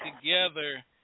together